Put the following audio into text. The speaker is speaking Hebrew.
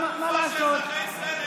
מה לעשות?